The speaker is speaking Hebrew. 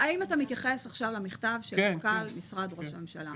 האם אתה מתייחס עכשיו למכתב של מנכ"ל משרד ראש הממשלה?